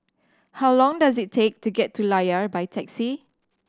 how long does it take to get to Layar by taxi